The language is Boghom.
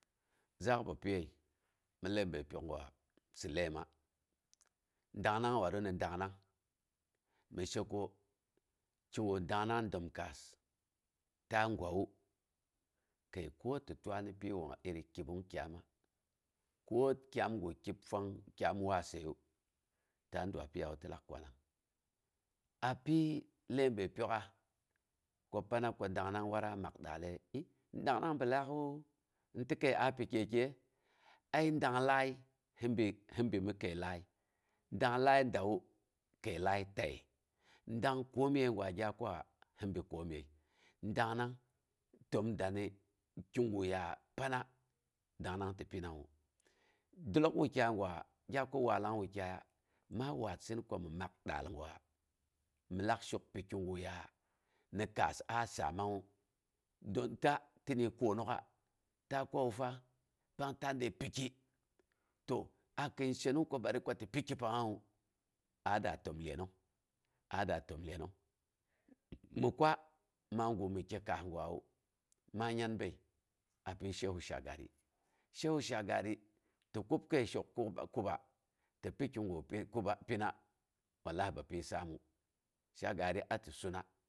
Zaak bapye mi ləibri pyok gwa, si ləiəma, dangnang watru ni dangnang, mi she ko kigu dangnan dəm kaas tu gwaini, kəi ko ti twa ni pyi wan iri kibung kyaama ko kyaamgu kib fang kyaam waseyu, ta dwa pyiyawu, ti lak kwanang. Apyi ləibəi pyok'as, ko pana ko danang watra mak daale? I dengnang bilaak'u, in ti kəi a pi gyekiye? Əi dang laii hi bi mi kəi a pi gyekiye? Əi dang laii hi bi hi bi mi kəi laii. Dang laii dawu, kəi laii taye. Dangng koomye gwa gya kwawa, hin bi koomye. Dangnang təm da ni kigu ya pana dangnang ti pinawu. Dilok wakyai gwa, gya kwa wallang wukyaiya, maa haarsin komi mak daal gwa, min lak shok pi kiguya nai kaas a saamangngu, don ta tinni konok'a, ta kwawu fa oang ta de piki. To akin shenong ko ti piki pangngawa a daa təm iyenong. A daa təm iyenong. Mɨ kwa magu mi kye kaas gwawu, ma nyangbəi apyi shehu shagari shehu shagari ti kub kəi ku- kuba shwa, ti pikigu pina walahi bapyi saamu. Sahagri aa ti suna